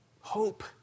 Hope